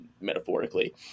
metaphorically